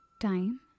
Time